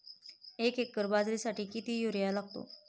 एक एकर बाजरीसाठी किती युरिया लागतो?